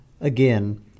again